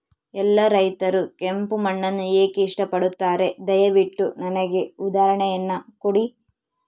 ಎಲ್ಲಾ ರೈತರು ಕೆಂಪು ಮಣ್ಣನ್ನು ಏಕೆ ಇಷ್ಟಪಡುತ್ತಾರೆ ದಯವಿಟ್ಟು ನನಗೆ ಉದಾಹರಣೆಯನ್ನ ಕೊಡಿ?